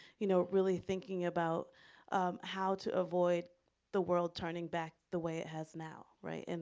you know, really thinking about how to avoid the world turning back the way it has now, right, and